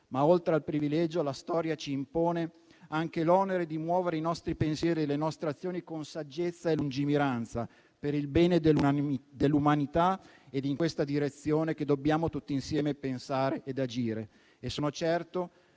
Oltre al privilegio, la storia ci impone però anche l'onere di muovere i nostri pensieri e le nostre azioni con saggezza e lungimiranza per il bene dell'umanità ed è in questa direzione che tutti insieme dobbiamo pensare ed agire. Sono certo che